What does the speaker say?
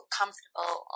comfortable